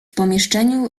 pomieszczeniu